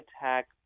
attack